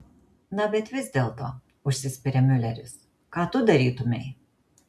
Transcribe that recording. na bet vis dėlto užsispiria miuleris ką tu darytumei